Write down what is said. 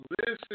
listen